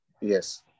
yes